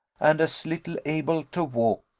and as little able to walk,